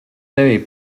tevī